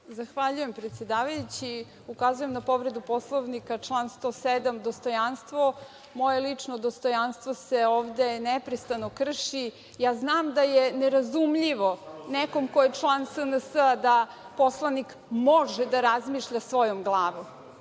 Zahvaljujem, predsedavajući. Ukazujem na povredu Poslovnika, član 107. – dostojanstvo. Moje lično dostojanstvo se ovde neprestano krši. Ja znam da je nerazumljivo nekom ko je član SNS da poslanik može da razmišlja svojom glavom,